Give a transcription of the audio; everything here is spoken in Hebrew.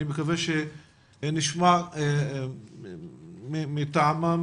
אני מקווה שנשמע מטעמם